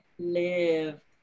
live